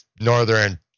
northern